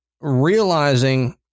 realizing